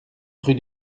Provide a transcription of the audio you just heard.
rue